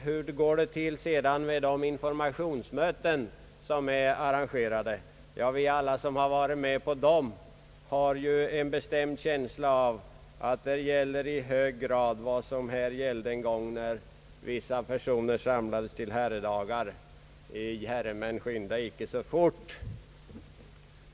Hur går det sedan till vid de informationsmöten som är arrangerade? Alla vi som varit med på dem har en bestämd känsla av att där i hög grad gäller vad som gällde en gång när vissa personer samlades till herredagar: »I herredagsmän skynden icke så fort!